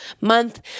month